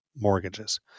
Mortgages